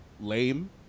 lame